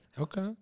Okay